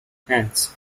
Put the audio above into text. hence